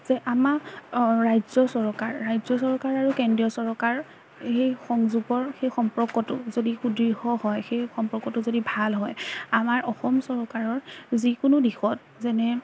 যে আমাৰ ৰাজ্য চৰকাৰ ৰাজ্য চৰকাৰ আৰু কেন্দ্ৰীয় চৰকাৰ সেই সংযোগৰ সেই সম্পৰ্কটো যদি সুদৃঢ় হয় সেই সম্পৰ্কটো যদি ভাল হয় আমাৰ অসম চৰকাৰৰ যিকোনো দিশত যেনে